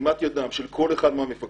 חתימת ידם של כל אחד מהמפקדים.